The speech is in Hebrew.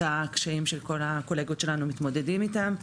הקשיים שכל הקולגות שלנו מתמודדים איתם.